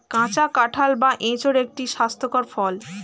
কাঁচা কাঁঠাল বা এঁচোড় একটি স্বাস্থ্যকর ফল